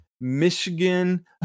Michigan